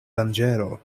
danĝero